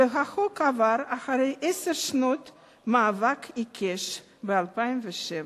והחוק עבר אחרי עשר שנות מאבק עיקש, ב-2007.